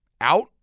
out